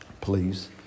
please